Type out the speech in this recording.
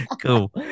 Cool